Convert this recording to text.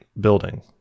building